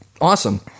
Awesome